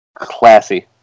Classy